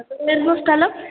അപ്പോൾ ഏതായിരുന്നു സ്ഥലം